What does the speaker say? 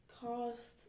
cost